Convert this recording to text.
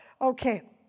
Okay